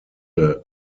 gemische